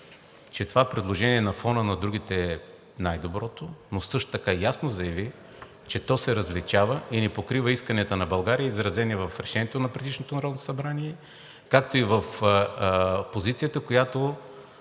че това предложение на фона на другите е най-доброто, но също така ясно заяви, че то се различава и не покрива исканията на България, изразени в Решението на предишното Народно събрание, както и в позицията, която